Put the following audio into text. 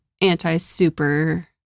anti-super